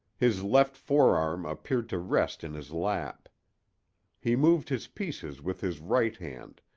his left forearm appeared to rest in his lap he moved his pieces with his right hand,